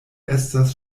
estas